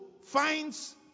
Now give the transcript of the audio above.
finds